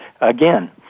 again